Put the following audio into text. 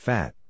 Fat